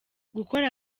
gukora